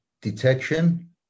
detection